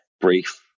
brief